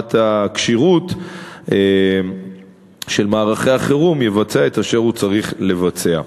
ולשמירת הכשירות של מערכי החירום יבצע את אשר הוא צריך לבצע.